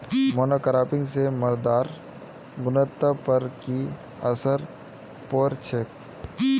monocropping स मृदार गुणवत्ता पर की असर पोर छेक